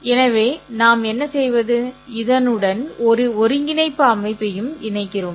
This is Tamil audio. எனவே நாம் என்ன செய்வது இதனுடன் ஒரு ஒருங்கிணைப்பு அமைப்பையும் இணைக்கிறோம்